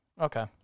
Okay